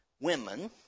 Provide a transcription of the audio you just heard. women